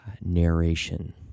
narration